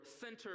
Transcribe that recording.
center